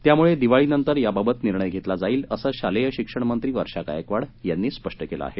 त्यामुळे दिवाळीनंतर याबाबत निर्णय घेतला जाईल असं शालेय शिक्षण मंत्री वर्षा गायकवाड यांनी स्पष्ट केलं आहे